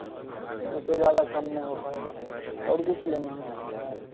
उससे ज़्यादा कम ना हो पाएगा और कुछ लेना है